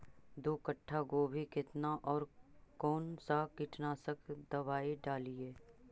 दो कट्ठा गोभी केतना और कौन सा कीटनाशक दवाई डालिए?